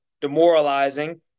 demoralizing